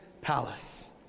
palace